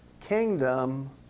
kingdom